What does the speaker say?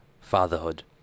Fatherhood